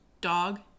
dog